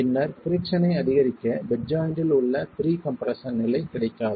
பின்னர் பிரிக்ஸனை அதிகரிக்க பெட் ஜாய்ண்ட்டில் உள்ள ப்ரீகம்ப்ரஷன் நிலை கிடைக்காது